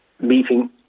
meeting